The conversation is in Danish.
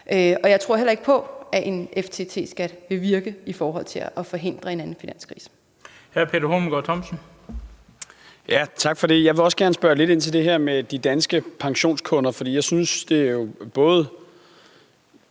jeg tror heller ikke på, at en FTT-skat vil virke i forhold til at forhindre en anden finanskrise.